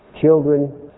children